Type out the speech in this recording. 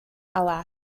alas